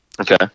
Okay